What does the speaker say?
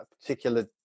particular